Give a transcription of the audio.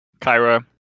Kyra